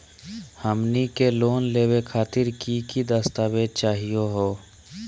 हमनी के लोन लेवे खातीर की की दस्तावेज चाहीयो हो?